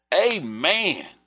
Amen